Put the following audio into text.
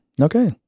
Okay